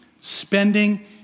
spending